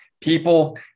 people